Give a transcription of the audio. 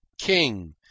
King